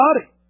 body